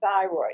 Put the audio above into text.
thyroid